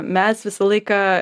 mes visą laiką